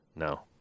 No